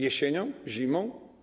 Jesienią, zimą?